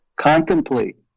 Contemplate